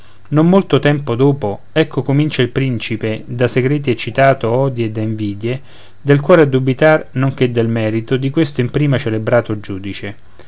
non molto dopo ecco comincia il principe da segreti eccitato odi e da invidie del cuore a dubitar non che del merito di questo in prima celebrato giudice